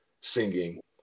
singing